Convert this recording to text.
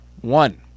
One